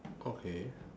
okay